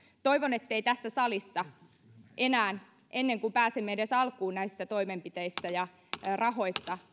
toivon että tässä salissa ei enää ennen kuin pääsemme edes alkuun näissä toimenpiteissä ja rahoissa